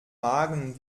magen